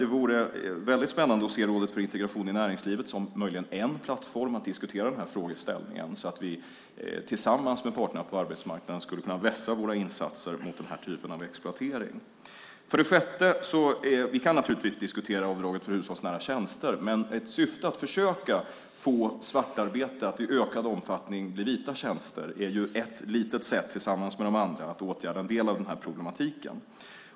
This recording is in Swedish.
Det vore spännande att se Rådet för integration i näringslivet, som är en möjlig plattform, diskutera denna frågeställning så att vi tillsammans med parterna på arbetsmarknaden kunde vässa våra insatser mot den typen av exploatering. För det sjätte gäller det svartarbetet. Vi kan naturligtvis diskutera avdraget för hushållsnära tjänster, men i syfte att försöka få svartarbete att i ökad omfattning bli vita tjänster är det ett sätt, tillsammans med de andra, att åtgärda en del av den problematiken.